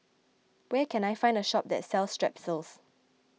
where can I find a shop that sells Strepsils